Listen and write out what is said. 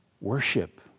Worship